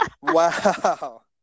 Wow